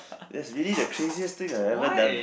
that's really the craziest thing I have ever done